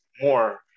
more